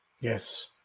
yes